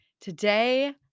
Today